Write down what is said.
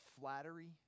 flattery